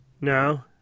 No